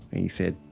he said,